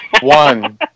One